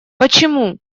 почему